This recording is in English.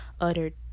uttered